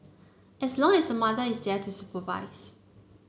as long as the mother is there to supervise